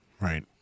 Right